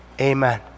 Amen